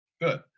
Good